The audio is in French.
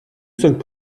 cinq